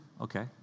okay